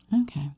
Okay